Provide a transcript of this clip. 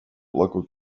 local